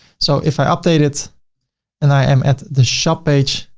so if i update it and i am at the shop page,